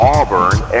Auburn